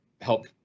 help